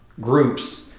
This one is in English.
groups